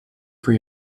for